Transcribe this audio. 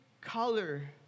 color